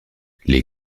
les